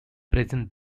present